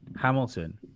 hamilton